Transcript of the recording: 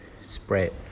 spread